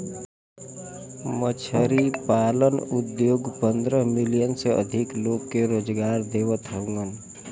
मछरी पालन उद्योग पंद्रह मिलियन से अधिक लोग के रोजगार देवत हउवन